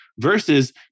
versus